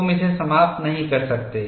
तुम इसे समाप्त नहीं कर सकते